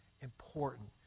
important